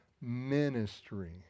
ministry